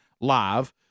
live